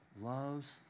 loves